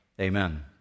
Amen